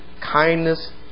kindness